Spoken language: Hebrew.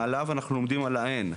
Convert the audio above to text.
מהלאו אנחנו עומדים על ההן,